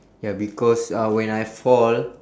ya because uh when I fall